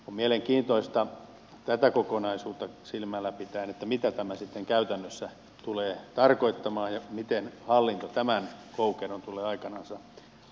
on mielenkiintoista tätä kokonaisuutta silmällä pitäen mitä tämä sitten käytännössä tulee tarkoittamaan ja miten hallinto tämän koukeron tulee aikanansa ratkaisemaan